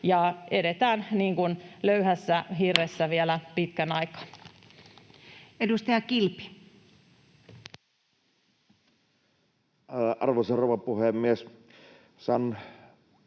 koputtaa] hirressä vielä pitkän aikaa. Edustaja Kilpi. Arvoisa rouva puhemies! Saan